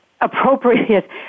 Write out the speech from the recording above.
appropriate